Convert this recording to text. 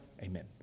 Amen